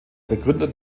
begründer